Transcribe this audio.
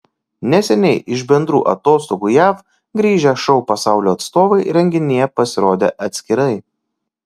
neseniai iš bendrų atostogų jav grįžę šou pasaulio atstovai renginyje pasirodė atskirai